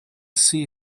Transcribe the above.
see